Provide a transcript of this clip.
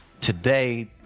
today